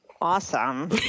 awesome